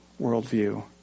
worldview